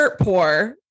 poor